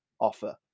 offer